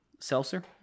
Seltzer